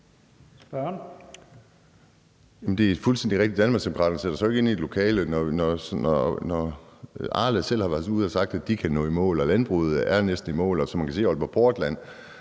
Det er fuldstændig rigtigt, at Danmarksdemokraterne jo ikke sætter sig ind i et lokale, når Arla selv har været ude at sige, at de kan nå i mål, og når landbruget næsten er i mål, og som man kan se, er Aalborg Portland